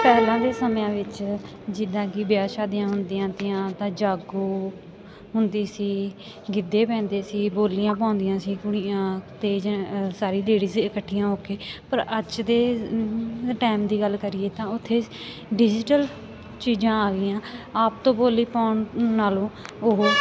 ਪਹਿਲਾਂ ਦੇ ਸਮਿਆਂ ਵਿੱਚ ਜਿੱਦਾਂ ਕਿ ਵਿਆਹ ਸ਼ਾਦੀਆਂ ਹੁੰਦੀਆਂ ਤੀਆਂ ਤਾਂ ਜਾਗੋ ਹੁੰਦੀ ਸੀ ਗਿੱਧੇ ਪੈਂਦੇ ਸੀ ਬੋਲੀਆਂ ਪਾਉਂਦੀਆਂ ਸੀ ਕੁੜੀਆਂ ਅਤੇ ਜ ਸਾਰੀ ਲੇਡੀਜ਼ ਇਕੱਠੀਆਂ ਹੋ ਕੇ ਪਰ ਅੱਜ ਦੇ ਟਾਈਮ ਦੀ ਗੱਲ ਕਰੀਏ ਤਾਂ ਉੱਥੇ ਡਿਜੀਟਲ ਚੀਜ਼ਾਂ ਆ ਗਈਆਂ ਆਪ ਤੋਂ ਬੋਲੀ ਪਾਉਣ ਨਾਲੋਂ ਉਹ